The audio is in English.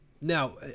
Now